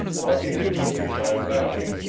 watching the countryside about him.